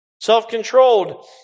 Self-controlled